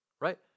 Right